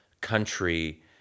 country